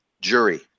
jury